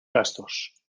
gastos